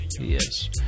Yes